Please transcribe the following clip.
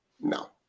no